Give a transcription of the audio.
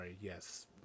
Yes